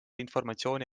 informatsiooni